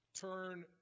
turn